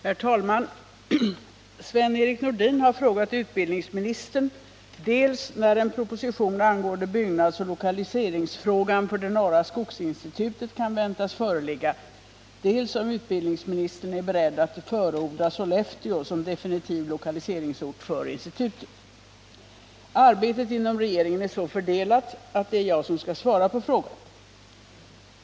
Herr talman! Sven-Erik Nordin har frågat utbildningsministern dels när en proposition angående byggnadsoch lokaliseringsfrågan för det norra skogsinstitutet kan väntas föreligga, dels om utbildningsministern är beredd att förorda Sollefteå som definitiv lokaliseringsort för institutet. Arbetet inom regeringen är så fördelat att det är jag som skall svara på frågan.